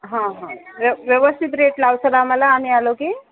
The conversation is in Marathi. हां हां व्यवस्थित रेट लावाल आम्हाला आम्ही आलो की